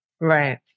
Right